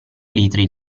litri